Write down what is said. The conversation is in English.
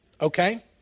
Okay